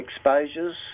exposures